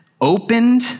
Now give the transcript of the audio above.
opened